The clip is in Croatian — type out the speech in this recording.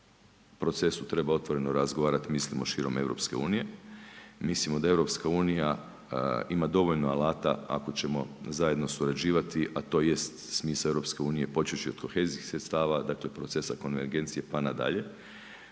procesu treba otvoreno razgovarati mislimo širom EU. Mislimo da EU ima dovoljno alata ako ćemo zajedno surađivati a to jest smisao EU počevši od kohezijskih sredstava, dakle procesa konvergencije pa nadalje.